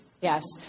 yes